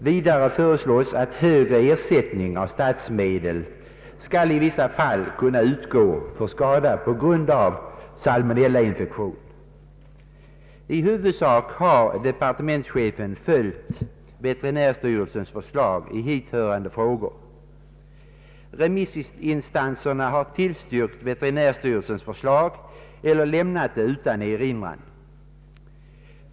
Vidare föreslås att högre ersättning av statsmedel i vissa fall skall kunna utgå för skada på grund av salmonellainfektion. I huvudsak har departementschefen följt veterinärstyrelsens förslag i hithörande frågor. Remissinstanserna har tillstyrkt veterinärstyrelsens förslag eller lämnat det utan erinran.